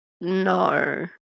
No